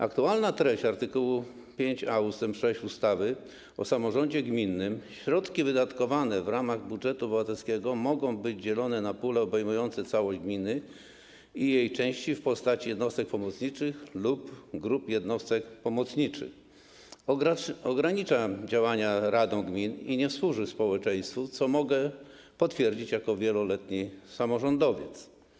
Aktualna treść art. 5a ust. 6 ustawy o samorządzie gminnym: ˝Środki wydatkowane w ramach budżetu obywatelskiego mogą być dzielone na pule obejmujące całość gminy i jej części w postaci jednostek pomocniczych lub grup jednostek pomocniczych˝ - ogranicza działania radom gmin i nie służy społeczeństwu, co mogę potwierdzić jako wieloletni samorządowiec.